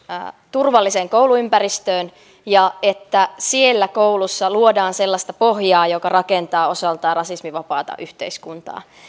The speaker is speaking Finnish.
turvalliseen kouluympäristöön ja että koulussa luodaan sellaista pohjaa joka rakentaa osaltaan rasismivapaata yhteiskuntaa